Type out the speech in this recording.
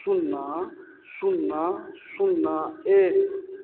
शून्ना शून्ना शून्ना एक